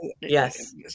yes